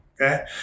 okay